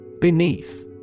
Beneath